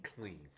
clean